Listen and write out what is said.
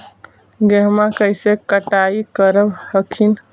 गेहुमा कैसे कटाई करब हखिन?